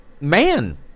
man